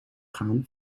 gaan